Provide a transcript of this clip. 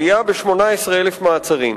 עלייה ב-18,000 מעצרים.